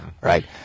Right